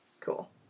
Cool